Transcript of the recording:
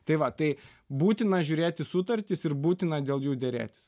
tai va tai būtina žiūrėti sutartis ir būtina dėl jų derėtis